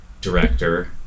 director